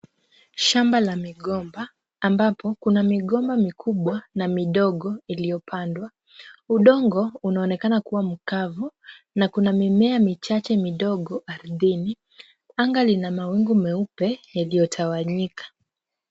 Shamba la migomba, ambapo kuna migomba mikubwa na midogo iliyopandwa. Udongo unaonekana kuwa mkavu na kuna mimea michache midogo ardhini. Anga lina mawingu meupe yaliyotawanyika.